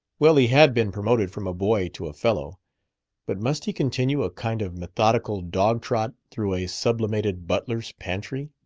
well, he had been promoted from a boy to a fellow but must he continue a kind of methodical dog-trot through a sublimated butler's pantry?